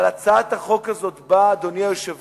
אבל הצעת החוק הזאת באה, אדוני היושב-ראש,